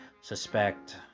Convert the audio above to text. suspect